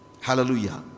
Hallelujah